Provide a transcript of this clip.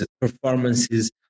performances